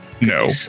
no